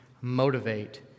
motivate